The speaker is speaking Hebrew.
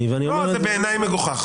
בעיניי זה מגוחך.